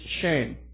shame